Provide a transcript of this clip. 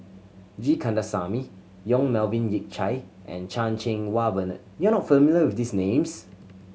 G Kandasamy Yong Melvin Yik Chye and Chan Cheng Wah Bernard you are not familiar with these names